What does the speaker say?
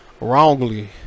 wrongly